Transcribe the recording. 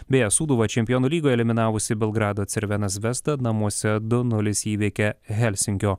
beje sūduvą čempionų lygoje eliminavusi belgrado cervena zvesta namuose du nulis įveikė helsinkio